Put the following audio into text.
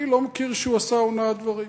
אני לא מכיר שהוא עשה הונאת דברים.